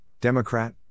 Democrat